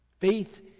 Faith